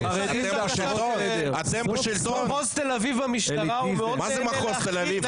במחוז תל אביב המשטרה --- מה זה מחוז תל אביב?